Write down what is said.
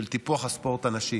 של טיפוח הספורט הנשי,